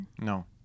No